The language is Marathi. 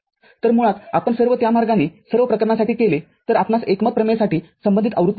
तरमुळात आपण सर्व त्या मार्गाने सर्व प्रकरणांसाठी केले तर आपणास एकमत प्रमेयसाठी संबंधित आवृत्ती मिळेल